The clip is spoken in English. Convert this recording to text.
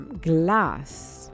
glass